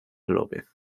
lópez